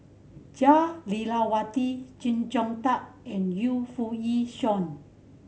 Jah Lelawati Chee Zhong Tat and Yu Foo Yee Shoon